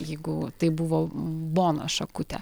jeigu tai buvo bonos šakutė